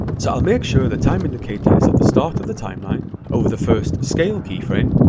so i'll make sure the time indicator is at the start of the timeline over the first scale keyframe.